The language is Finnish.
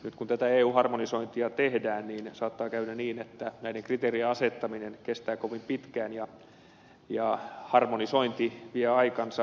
nyt kun tätä eu harmonisointia tehdään niin saattaa käydä niin että näiden kriteerien asettaminen kestää kovin pitkään ja harmonisointi vie aikansa